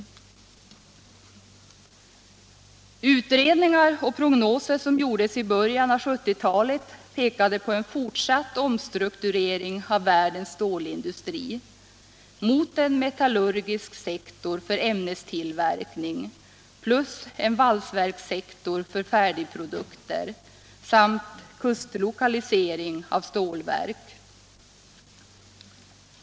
tjänsteutövning Utredningar och prognoser som gjordes i början av 1970-talet pekade = m.m. på en fortsatt omstrukturering av världens stålindustri mot en metallurgisk sektor för ämnestillverkning plus en valsverkssektor för färdig — Stålverk 80 produkter samt kustlokalisering av stålverk.